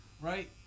right